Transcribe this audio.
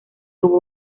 tuvo